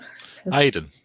Aiden